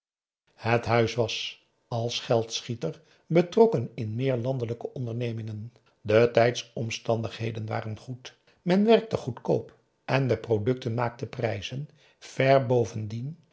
het huis was als geldschieter betrokken in meer landelijke ondernemingen de tijdsomstandigheden waren goed men werkte goedkoop en de producten maakten prijzen ver boven